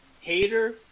hater